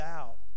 out